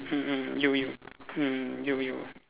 mm mm you'll be mm you'll be